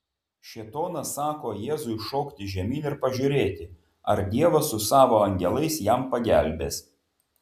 šėtonas sako jėzui šokti žemyn ir pažiūrėti ar dievas su savo angelais jam pagelbės